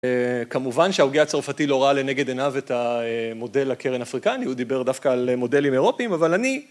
כמובן שההוגה הצרפתי לא ראה לנגד עיניו את המודל לקרן אפריקני, הוא דיבר דווקא על מודלים אירופיים, אבל אני...